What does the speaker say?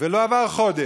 לא עבר חודש,